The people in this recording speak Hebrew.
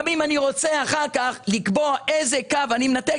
גם אם אני רוצה אחר כך לקבוע איזה קו אני מנתק,